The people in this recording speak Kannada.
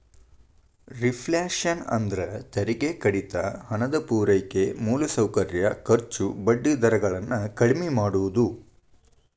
ರೇಫ್ಲ್ಯಾಶನ್ ಅಂದ್ರ ತೆರಿಗೆ ಕಡಿತ ಹಣದ ಪೂರೈಕೆ ಮೂಲಸೌಕರ್ಯ ಖರ್ಚು ಬಡ್ಡಿ ದರ ಗಳನ್ನ ಕಡ್ಮಿ ಮಾಡುದು